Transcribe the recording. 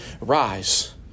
rise